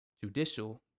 judicial